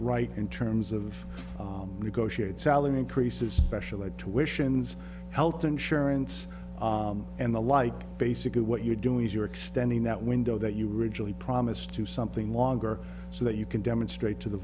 right in terms of negotiate salary increases special ed tuitions health insurance and the like basically what you're doing is you're extending that window that you originally promised to something longer so that you can demonstrate to the